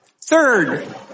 Third